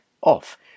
off